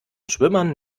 schwimmern